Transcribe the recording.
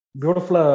beautiful